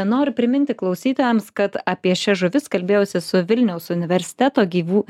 noriu priminti klausytojams kad apie šias žuvis kalbėjausi su vilniaus universiteto gyvų